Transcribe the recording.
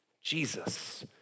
Jesus